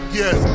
yes